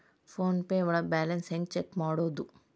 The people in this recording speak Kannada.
ಫೋನ್ ಪೇ ಒಳಗ ಬ್ಯಾಲೆನ್ಸ್ ಹೆಂಗ್ ಚೆಕ್ ಮಾಡುವುದು?